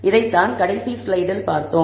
இதை தான் கடைசி ஸ்லைடில் பார்த்தோம்